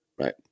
right